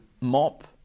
mop